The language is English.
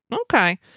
Okay